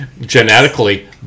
genetically